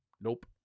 nope